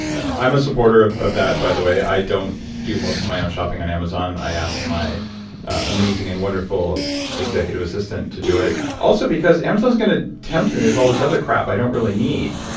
i'm a supporter of of that, by the way. i don't do most of my own shopping on amazon. i ask my amazing and wonderful executive assistant to do it, also because amazon is going to tempt me with all this other crap i don't really need.